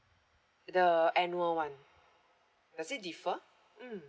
the annual one does it differ mm